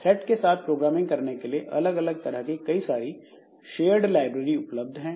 thread के साथ programming करने के लिए अलग अलग तरह की कई सारी शेयर्ड लाइब्रेरी उपलब्ध है